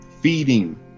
Feeding